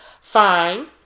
fine